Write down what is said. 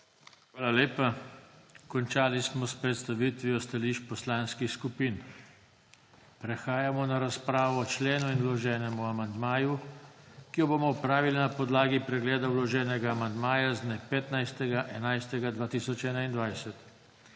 Hvala lepa. Končali smo s predstavitvijo stališč poslanskih skupin. Prehajamo na razpravo o členu in vloženem amandmaju, ki jo bomo opravili na podlagi pregleda vloženega amandmaja z dne 15.